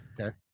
Okay